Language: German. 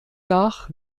nach